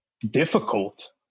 difficult